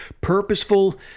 Purposeful